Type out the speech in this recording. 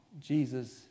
Jesus